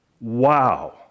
Wow